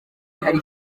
hari